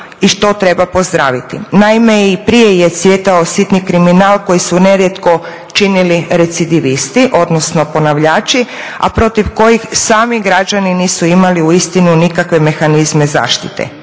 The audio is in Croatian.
i što treba pozdraviti. Naime, i prije je cvjetao sitni kriminal koji su nerijetko činili recidivisti, odnosno ponavljači, a protiv kojih sami građani nisu imali uistinu nikakve mehanizme zaštite.